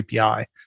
API